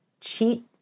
cheat